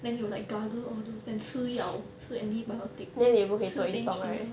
then you like gargle all those then 吃药吃 antibiotics 吃 painkiller